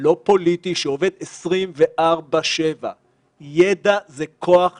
לא פוליטי שעובד 24/7. ידע זה כוח להתמודד.